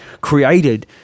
created